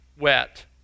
wet